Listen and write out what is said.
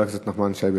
חבר הכנסת נחמן שי,